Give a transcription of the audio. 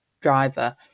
driver